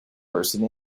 person